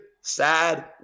sad